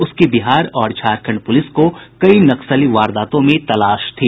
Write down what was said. उसकी बिहार और झारखंड पुलिस को कई नक्सली वारदातों में तलाश थी